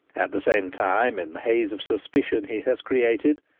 at the same time, in the haze of suspicion he has created,